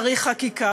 צריך חקיקה.